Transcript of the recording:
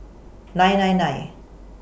nine nine nine